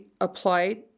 applied